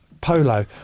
polo